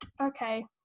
okay